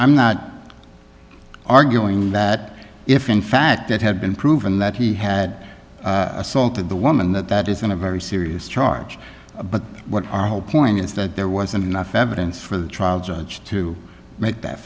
i'm not arguing that if in fact it had been proven that he had assaulted the woman that that isn't a very serious charge but what our whole point is that there wasn't enough evidence for the trial judge to make that